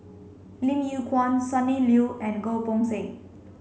Lim Yew Kuan Sonny Liew and Goh Poh Seng